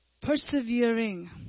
Persevering